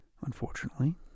unfortunately